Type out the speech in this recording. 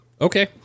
okay